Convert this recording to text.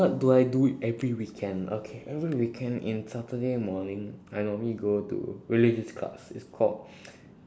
what do I do every weekend okay every weekend in saturday morning I normally go to religious class it's called